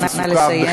נא לסיים.